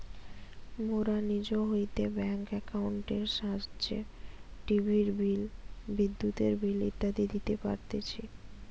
মোরা নিজ হইতে ব্যাঙ্ক একাউন্টের সাহায্যে টিভির বিল, বিদ্যুতের বিল ইত্যাদি দিতে পারতেছি